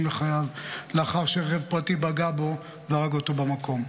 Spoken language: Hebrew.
לחייו לאחר שרכב פרטי פגע בו והרג אותו במקום.